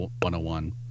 101